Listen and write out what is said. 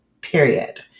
period